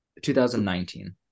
2019